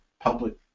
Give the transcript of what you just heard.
public